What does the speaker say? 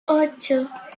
ocho